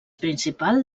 principal